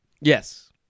Yes